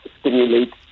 stimulate